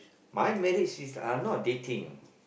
my marriage is uh not dating